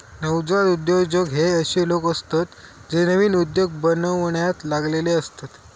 नवजात उद्योजक हे अशे लोक असतत जे नवीन उद्योग बनवण्यात लागलेले असतत